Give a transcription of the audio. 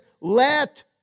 let